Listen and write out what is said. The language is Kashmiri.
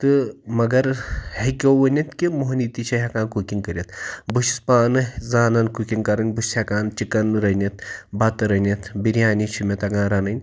تہٕ مگر ہیٚکو ؤنِتھ کہِ موہنی تہِ چھِ ہیٚکان کُکِنٛگ کٔرِتھ بہٕ چھُس پانہٕ زانَن کُکِنٛگ کَرٕنۍ بہٕ چھُس ہیٚکان چِکَن رٔنِتھ بَتہٕ رٔنِتھ بِریانی چھِ مےٚ تَگان رَنٕنۍ